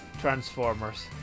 Transformers